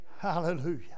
Hallelujah